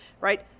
right